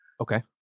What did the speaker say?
Okay